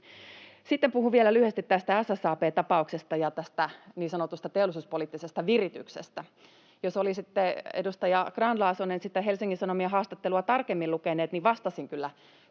Sitten puhun vielä lyhyesti tästä SSAB-tapauksesta ja tästä niin sanotusta teollisuuspoliittisesta virityksestä. Jos olisitte, edustaja Grahn-Laasonen, sitä Helsingin Sanomien haastattelua tarkemmin lukenut, niin vastasin kyllä